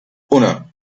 uno